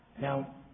Now